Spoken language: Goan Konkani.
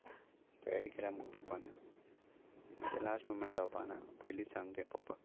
तयारी केल्या म्हाका पप्पान म्हाजें लास्ट मुमेंट जावपाना पयलींच सांग तें पप्पा